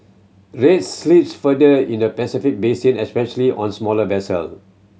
rates slip further in the Pacific basin especially on smaller vessel